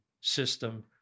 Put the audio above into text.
system